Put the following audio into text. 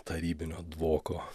tarybinio dvoko